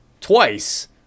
twice